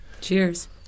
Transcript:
Cheers